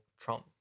Trump